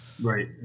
Right